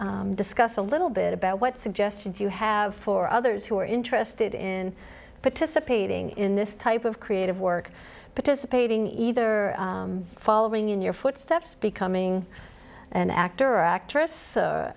discuss a little bit about what suggestions you have for others who are interested in participating in this type of creative work participating either following in your footsteps becoming an actor or actress